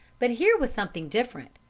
but here was something different,